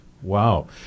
Wow